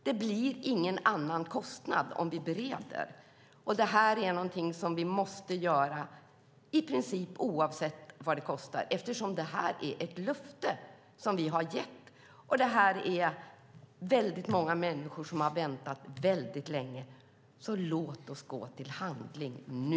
Det blir ingen annan kostnad om vi bereder, och detta är någonting som vi måste göra i princip oavsett vad det kostar eftersom det är ett löfte som vi har gett. Det är många människor som har väntat länge på detta. Låt oss därför gå till handling nu.